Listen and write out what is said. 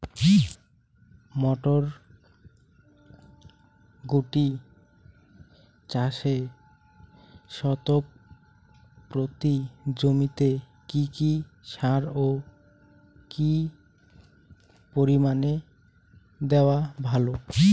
মটরশুটি চাষে শতক প্রতি জমিতে কী কী সার ও কী পরিমাণে দেওয়া ভালো?